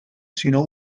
sinó